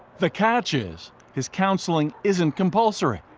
the catch is his counselling isn't compulsory,